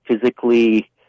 physically